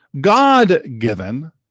God-given